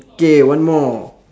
okay one more